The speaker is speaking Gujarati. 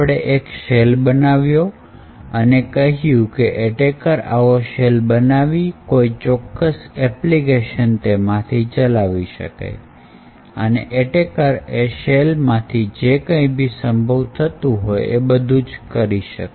આપણે એક શેલ બનાવ્યો અને કહ્યું કે એટેકર આવો શેલ બનાવી કોઈ ચોક્કસ એપ્લિકેશન તેમાંથી ચલાવી શકે અને એટેકર એ શેલમાંથી જે કઈ સંભવ થતું હોય એ બધું જ કરી શકે